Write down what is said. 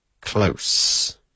close